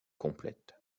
complète